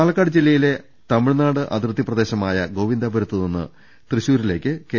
പാലക്കാട് ജില്ലയിലെ തമിഴ്നാട് അതിർത്തി പ്രദേശമായ ഗോവിന്ദാപുരത്തു നിന്നും തൃശൂരിലേക്ക് കെ